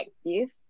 active